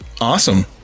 Awesome